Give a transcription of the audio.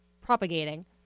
propagating